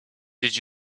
did